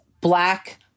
Black